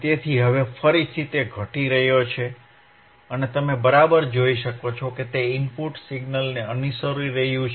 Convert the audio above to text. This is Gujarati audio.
તેથી હવે ફરીથી તે ઘટી રહ્યો છે અને તમે જોઈ શકો છો કે તે ઇનપુટ સિગ્નલને અનુસરી રહ્યું છે